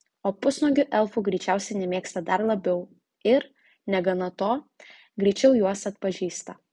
o pusnuogių elfų greičiausiai nemėgsta dar labiau ir negana to greičiau juos atpažįsta